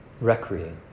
Recreate